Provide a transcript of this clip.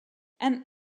and